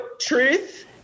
truth